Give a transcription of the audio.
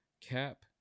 cap